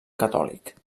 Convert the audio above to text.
catòlic